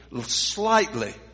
slightly